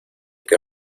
que